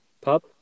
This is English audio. Pub